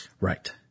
Right